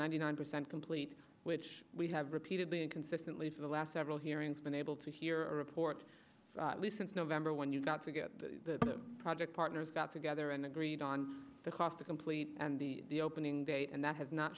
ninety nine percent complete which we have repeatedly and consistently for the last several hearings been able to hear a report since november when you got to get the project partners got together and agreed on the cost to complete and the opening date and that has not